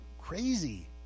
crazy